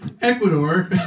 Ecuador